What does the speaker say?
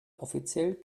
offiziell